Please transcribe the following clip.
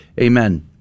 Amen